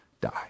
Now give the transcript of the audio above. die